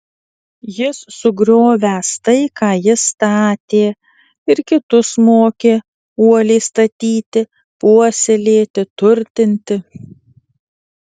jis sugriovęs tai ką ji statė ir kitus mokė uoliai statyti puoselėti turtinti